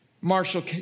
Marshall